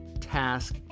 task